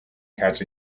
catch